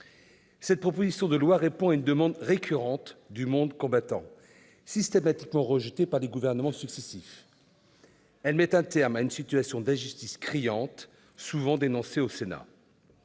Cette proposition de loi répond à une demande récurrente du monde combattant, mais systématiquement rejetée par les gouvernements successifs. Elle met un terme à une situation d'injustice criante, souvent dénoncée au Sénat.